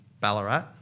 Ballarat